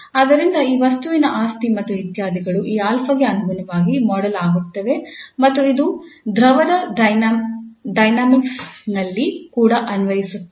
ಆದ್ದರಿಂದ ಈ ವಸ್ತುವಿನ ಆಸ್ತಿ ಮತ್ತು ಇತ್ಯಾದಿಗಳು ಈ 𝛼 ಗೆ ಅನುಗುಣವಾಗಿ ಮಾಡೆಲ್ ಆಗುತ್ತವೆ ಮತ್ತು ಇದು ದ್ರವದ ಡೈನಾಮಿಕ್ಸ್ನಲ್ಲಿ ಕೂಡ ಅನ್ವಯಿಸುತ್ತದೆ